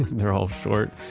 they're all short.